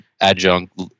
adjunct